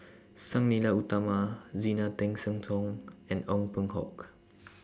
Sang Nila Utama Zena Tessensohn Tong and Ong Peng Hock